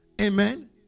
Amen